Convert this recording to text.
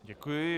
Děkuji.